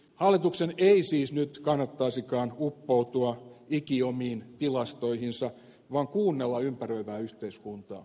hallituksen ei siis nyt kannattaisikaan uppoutua ikiomiin tilastoihinsa vaan kuunnella ympäröivää yhteiskuntaa nöyrällä mielellä